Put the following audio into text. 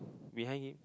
behind him